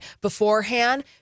beforehand